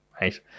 right